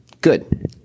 Good